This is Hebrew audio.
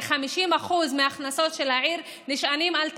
כ-50% מהכנסות העיר נשענות על תיירות,